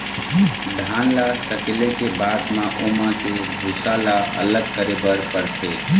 धान ल सकेले के बाद म ओमा के भूसा ल अलग करे बर परथे